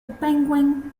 penguin